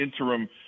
interim